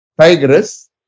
tigress